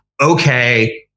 okay